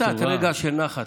" קצת רגע של נחת.